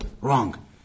wrong